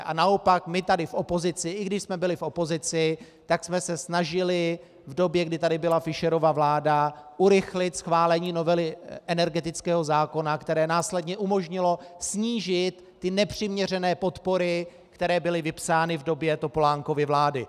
A naopak, my tady v opozici, i když jsme byli v opozici, tak jsme se snažili v době, kdy tady byla Fischerova vláda, urychlit schválení novely energetického zákona, které následně umožnilo snížit ty nepřiměřené podpory, které byly vypsány v době Topolánkovy vlády.